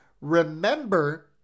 remember